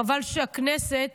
חבל שהכנסת